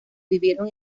vivieron